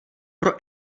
pro